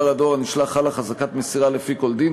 הדואר הנשלח חלה חזקת מסירה לפי כל דין,